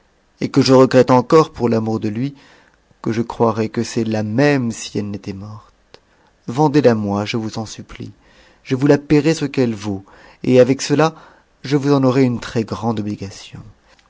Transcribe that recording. et que je regrette encore pour l'amour de lui que je croirais que c'est la même si elle n'était morte vendez la moi je vous en supplie je vous la paierai ce qu'elle vaut et avec cela je vous en aurai une très-grande obligation